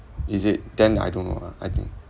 is it then I don't know ah I think